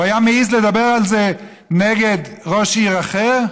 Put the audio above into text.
הוא היה מעז לדבר על זה נגד ראש עיר אחר?